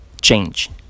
change